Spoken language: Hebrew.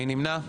מי נמנע?